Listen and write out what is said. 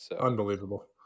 Unbelievable